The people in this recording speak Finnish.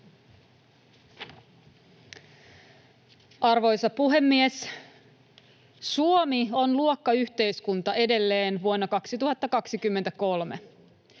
Arvoisa puhemies! Suomi on luokkayhteiskunta edelleen vuonna 2023.